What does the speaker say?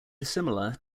dissimilar